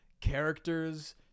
characters